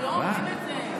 הם לא אומרים את זה.